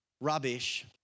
rubbish